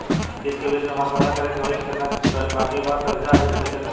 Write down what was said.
किश्त के बीच मे हमरा पता करे होई की केतना बाकी बा कर्जा अभी त कइसे करम?